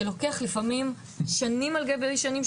שלוקח לפעמים שנים על גבי שנים,